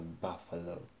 buffalo